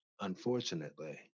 Unfortunately